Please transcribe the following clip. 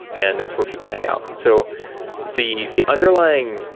and that's where people hang out. and so the the underlying,